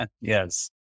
Yes